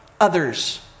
others